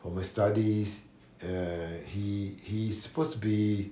for my studies err he he's supposed to be